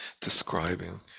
describing